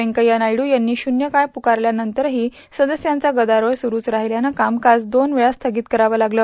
व्यंकय्या नायडू यांनी शुन्य काळ पुकारल्या नंतरही सदस्यांचा गदारोळ सुरूच राहित्यानं कामकाज दोन वेळा स्थगित करावं लागलं